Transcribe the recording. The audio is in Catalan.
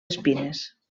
espines